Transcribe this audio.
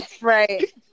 right